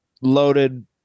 loaded